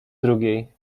drugiej